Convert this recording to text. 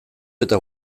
eta